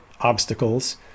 obstacles